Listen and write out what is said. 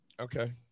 okay